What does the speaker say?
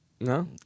No